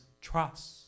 trust